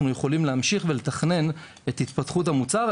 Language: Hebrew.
יכולים להמשיך לתכנן את התפתחות המוצר,